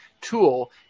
tool